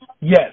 Yes